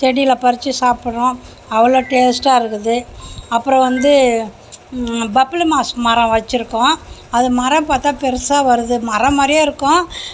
செடியில பறிச்சு சாப்பிடுறோம் அவ்வளோ டேஸ்டாக இருக்குது அப்புறம் வந்து பப்ளிமாஸ் மரம் வச்சியிருக்கோம் அது மரம் பார்த்தா பெருசாக வருது மரம் மாதிரியே இருக்கும்